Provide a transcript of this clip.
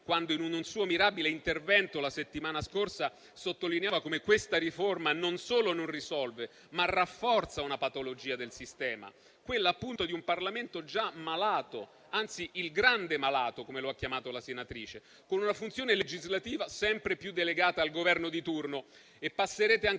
quando, in un suo mirabile intervento, la settimana scorsa sottolineava come questa riforma non solo non risolve, ma rafforza una patologia del sistema, quella appunto di un Parlamento già malato - anzi, il grande malato, come lo ha chiamato la senatrice - con una funzione legislativa sempre più delegata al Governo di turno.